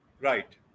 Right